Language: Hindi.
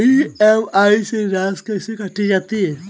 ई.एम.आई में राशि कैसे काटी जाती है?